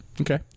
Okay